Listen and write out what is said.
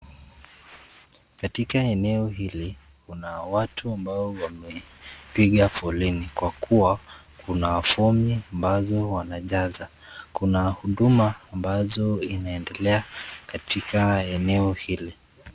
Katika eneo hili kuna watu ambao wamepiga foleni kwa kuwa kuna fomi ambazo wanajaza. Kuna huduma ambazo inaendelea katika eneo hili.